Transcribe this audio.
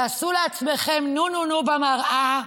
תעשו לעצמכם נו-נו-נו במראה,